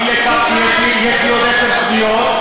אי לכך שיש לי עוד עשר שניות,